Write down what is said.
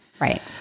Right